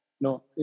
No